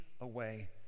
away